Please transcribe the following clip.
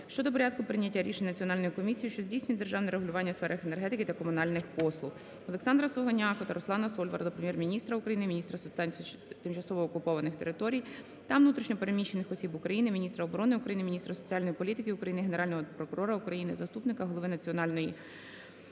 щодо порядку прийняття рішень Національною комісією, що здійснює держане регулювання у сферах енергетики та комунальних послуг. Олександра Сугоняко та Руслана Сольвара до Прем'єр-міністра України, міністра з питань тимчасово окупованих територій та внутрішньо переміщених осіб України, міністра оборони України, міністра соціальної політики України, Генерального прокурора України, заступника голови Національної поліції